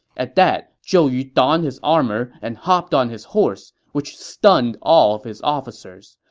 at that, zhou yu donned his armor and hopped on his horse, which stunned all of his officers.